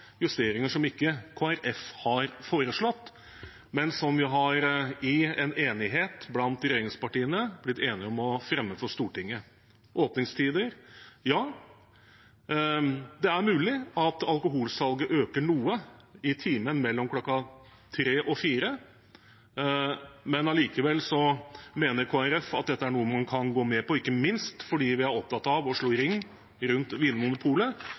justeringer som ikke Kristelig Folkeparti har foreslått, men som vi, i enighet med regjeringspartiene, fremmer for Stortinget. Åpningstider – ja, det er mulig at alkoholsalget øker noe i timen mellom kl. 15 og 16, men likevel mener Kristelig Folkeparti dette er noe man kan gå med på, ikke minst fordi vi er opptatt av å slå ring rundt